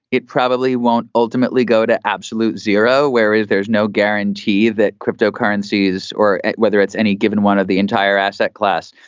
it probably won't ultimately go to absolute zero, whereas there's no guarantee that cryptocurrencies or whether it's any given one of the entire asset class.